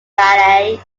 ballet